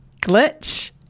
glitch